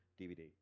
DVD